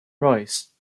rice